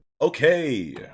okay